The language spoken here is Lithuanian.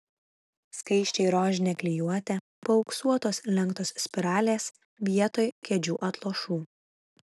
skaisčiai rožinė klijuotė paauksuotos lenktos spiralės vietoj kėdžių atlošų